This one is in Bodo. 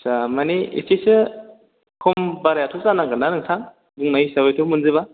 आदसा मानि एसेसो खम बारायाथ' जानांगोनना नोंथां बुंनाय हिसाबैथ' मोनजोबा